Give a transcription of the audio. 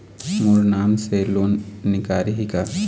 मोर नाम से लोन निकारिही का?